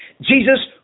Jesus